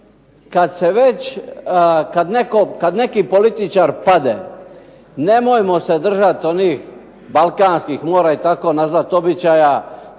Kada neki političar pada, nemojmo se držati onih balkanskih ... ili običaja,